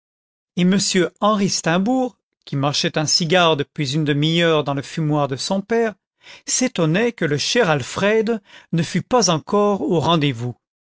et m henri steimbourg qui mâchait un cigare depuis une demi-heure dans le fumoir de son père s'étonnait que le cher alfred ne fût pas encore au rendez-vous